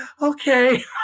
okay